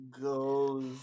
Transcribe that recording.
Goes